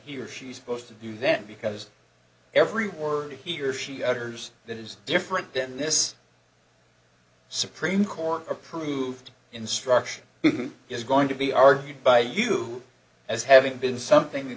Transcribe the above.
he or she supposed to do that because every word he or she utters that is different than this supreme court approved instruction is going to be argued by you as having been something